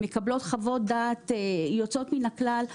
מקבלות חוות דעת יוצאות מן הכלל.